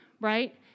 right